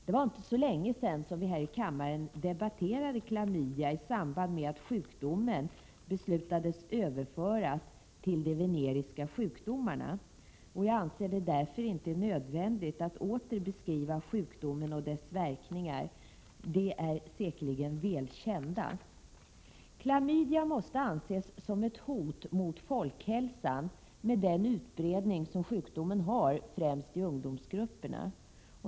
Det är inte så länge sedan vi här i kammaren debatterade klamydia. Det var i samband med beslutet om att sjukdomen skulle hänföras till de veneriska sjukdomarna. Jag anser därför att det inte är nödvändigt att åter beskriva sjukdomen och dess verkningar. Dessa är säkerligen väl kända. Klamydia måste anses vara ett hot mot folkhälsan med den utbredning som sjukdomen har, främst i ungdomsgrupperna.